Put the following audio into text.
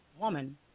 woman